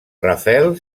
rafael